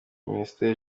minisiteri